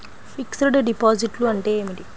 Fixed డిపాజిట్లు అంటే ఏమిటి?